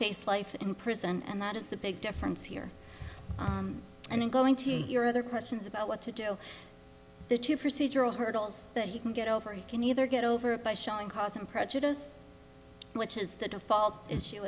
face life in prison and that is the big difference here and i'm going to your other questions about what to do the two procedural hurdles that he can get over he can either get over it by showing cause and prejudice which is the default issue